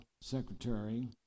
secretary